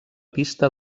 pista